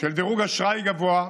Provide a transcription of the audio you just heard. של דירוג אשראי גבוה,